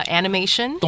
animation